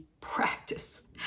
practice